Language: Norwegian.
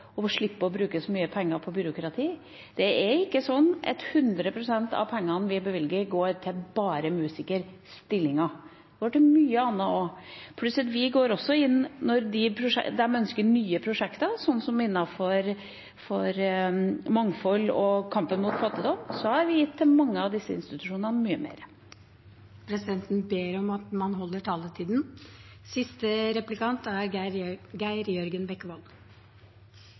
og slippe å bruke så mye penger på byråkrati? Det er ikke sånn at 100 pst. av pengene vi bevilger, går til bare musikerstillinger. De går til mye annet også, pluss at vi går også inn når de ønsker nye prosjekter, sånn som innenfor mangfold og kampen mot fattigdom . Da har vi gitt mange av disse institusjonene mye mer. Presidenten ber om at man holder taletiden. Jeg benytter anledningen, siden jeg fortsatt er